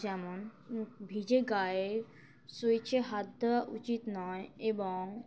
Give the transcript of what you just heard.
যেমন ভিজে গায়েের সুইচে হাত দেওয়া উচিত নয় এবং